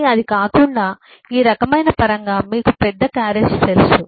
కానీ అది కాకుండా ఈ రకమైన పరంగా మీకు పెద్ద క్యారేజ్ తెలుసు